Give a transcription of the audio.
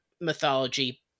mythology